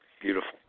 beautiful